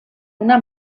una